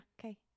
okay